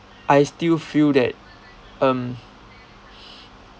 I still feel that um